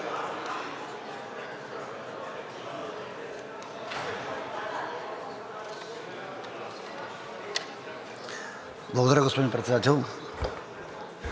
Благодаря, господин Председател.